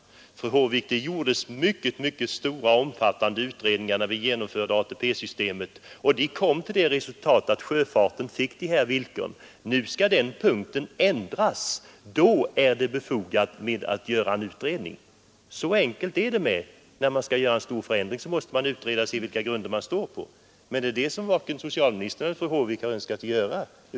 Fru Håvik! Det gjordes mycket, mycket stora och omfattande undersökningar när vi genomförde ATP-systemet, och de gav resultatet att sjöfarten fick dessa villkor som hittills gällt. Nu skall den punkten ändras, och då är det befogat att göra en utredning. Så enkelt är det. När man skall göra en stor förändring så måste man utreda och se vilka grunder man står på. Men det är det som varken socialministern eller fru Håvik har önskat göra.